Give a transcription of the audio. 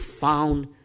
found